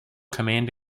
command